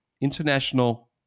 international